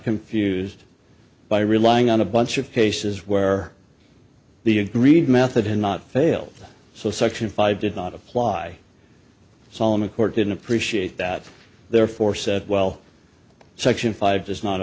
confused by relying on a bunch of cases where the agreed method and not failed so section five did not apply solomon court didn't appreciate that therefore said well section five does not